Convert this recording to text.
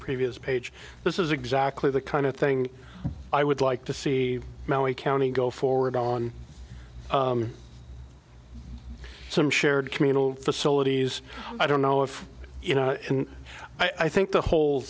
previous page this is exactly the kind of thing i would like to see a county go forward on some shared communal facilities i don't know if you know i think the hole